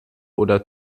oder